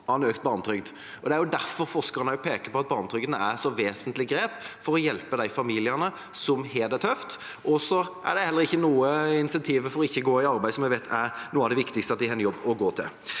Det er derfor forskerne peker på at barnetrygden er et så vesentlig grep for å hjelpe de familiene som har det tøft, og det er heller ikke noe insentiv for ikke å gå i arbeid, som jeg vet er noe av det viktigste – at de har en jobb å gå til.